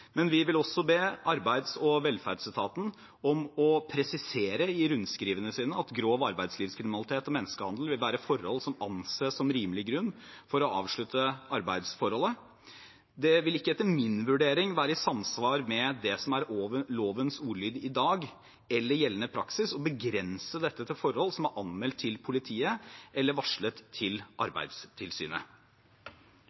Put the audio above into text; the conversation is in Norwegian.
be arbeids- og velferdsetaten presisere i rundskrivene sine at grov arbeidslivskriminalitet og menneskehandel vil være forhold som anses som rimelig grunn for å avslutte arbeidsforholdet. Det vil ikke etter min vurdering være i samsvar med det som er lovens ordlyd i dag eller gjeldende praksis å begrense dette til forhold som er anmeldt til politiet eller varslet til